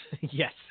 Yes